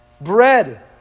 Bread